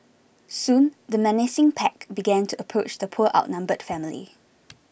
soon the menacing pack began to approach the poor outnumbered family